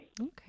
Okay